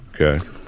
Okay